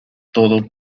todo